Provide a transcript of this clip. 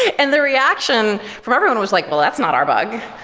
and the reaction from everyone was like, well, that's not our bug.